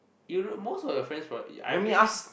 you most of your friends from I'm pretty sure